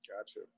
Gotcha